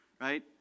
right